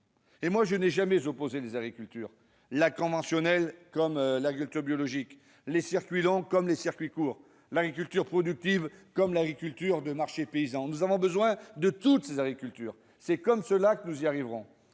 que je n'ai jamais opposées entre elles : l'agriculture conventionnelle et l'agriculture biologique, les circuits lents et les circuits courts, l'agriculture productive et l'agriculture des marchés paysans. Nous avons besoin de toutes ces agricultures. C'est ainsi que nous y arriverons.